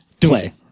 play